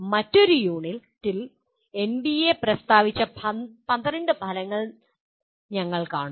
മറ്റൊരു യൂണിറ്റിൽ എൻബിഎ പ്രസ്താവിച്ച 12 ഫലങ്ങൾ ഞങ്ങൾ കാണും